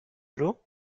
l’eau